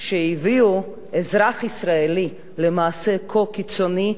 שהביאו אזרח ישראלי למעשה כה קיצוני,